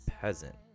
peasant